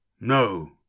No